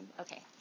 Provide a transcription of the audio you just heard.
Okay